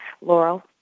Laurel